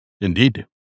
Indeed